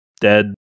dead